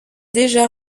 déjà